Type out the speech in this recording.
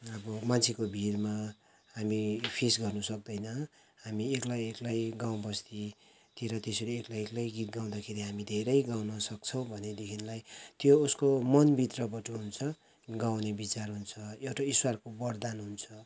अब मान्छेको भिडमा हामी फेस गर्नु सक्दैन हामी एक्लै एक्लै गाउँ बस्तीतिर त्यसरी एकलै एकलै गीत गाउँदाखेरि हामी धेरै गाउन सक्छौँ भनेदेखिलाई त्यो उसको मनभित्रबाट हुन्छ गाउने विचार हुन्छ एउटा ईश्वरको वरदान हुन्छ